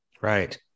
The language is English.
Right